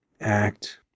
act